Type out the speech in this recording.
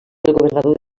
governador